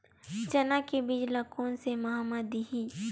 चना के बीज ल कोन से माह म दीही?